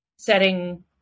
setting